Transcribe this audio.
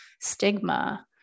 stigma